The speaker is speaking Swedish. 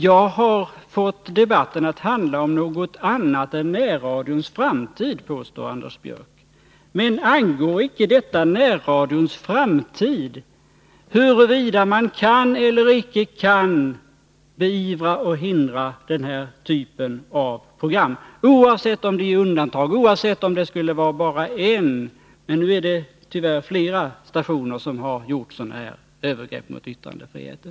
Jag har fått debatten att handla om något annat än närradions framtid, påstår Anders Björck. Men angår det icke närradions framtid, huruvida man kan eller icke kan beivra och hindra denna typ av program, oavsett om programmet är ett undantag och oavsett om det är bara en station — men det är tyvärr flera — som har gjort sådana här övergrepp mot yttrandefriheten?